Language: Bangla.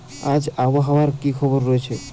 আজ আবহাওয়ার কি খবর রয়েছে?